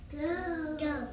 go